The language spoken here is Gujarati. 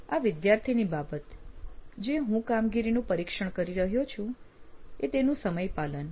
આ વિદ્યાર્થીની બાબતે જે હું જે કામગીરીનું પરીક્ષણ કરી રહ્યો છું એ છે તેનું સમયપાલન